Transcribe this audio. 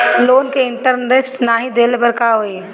Loan के interest नाही देहले पर का होई?